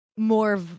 more